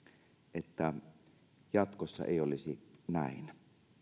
että jatkossa ei olisi näin